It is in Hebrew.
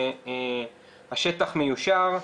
השטח מיושר.